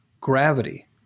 gravity